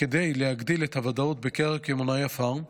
כדי להגדיל את הוודאות בקרב קמעונאי הפארם,